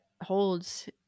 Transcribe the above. holds